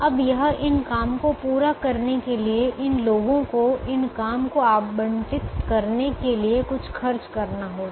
अब यह इन काम को पूरा करने के लिए इन लोगों को इन काम को आवंटित करने के लिए कुछ खर्च करना होगा